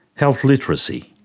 health literacy,